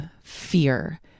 fear